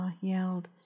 yelled